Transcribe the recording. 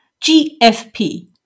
GFP